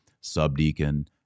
subdeacon